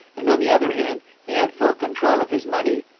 and, on the other hand, he had full control of his money,